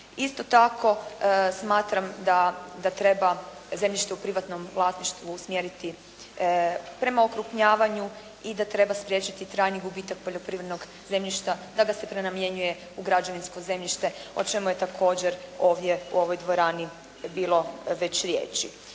Isto tako smatram da treba zemljište u privatnom vlasništvu usmjeriti prema okrupnjavanju i treba spriječiti trajni gubitak poljoprivrednog zemljišta da ga se prenamjenjuje u građevinsko zemljište o čemu je također ovdje u ovoj dvorani bilo već riječi.